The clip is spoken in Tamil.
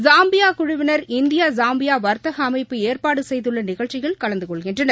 ஸாம்பியா குழுவினர் இந்தியா ஸாம்பியா வர்த்தக அமைப்பு ஏற்பாடு செய்துள்ள நிகழ்ச்சியில் கலந்து கொள்கின்றனர்